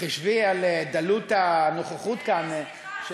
חשבי על דלות הנוכחות כאן,